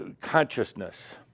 consciousness